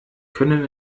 können